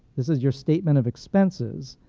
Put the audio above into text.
this is your statement of expenses,